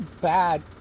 bad